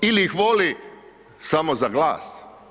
Ili ih voli samo za glas.